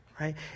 right